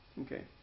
Okay